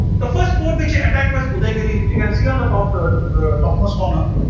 the first fort which he attacked was udayagiri which you can see on the topmost corner.